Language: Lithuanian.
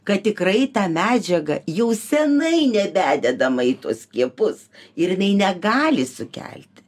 kad tikrai ta medžiaga jau senai nebededama į tuos skiepus ir jinai negali sukelt